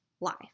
life